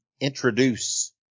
introduce